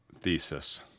thesis